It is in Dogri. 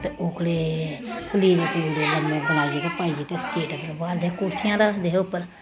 ते ओह्कड़े क्लीरे लम्मे बनाइयै ते पाइयै ते स्टेज उप्पर बाह्लदे हे कुर्सियां रखदे हे उप्पर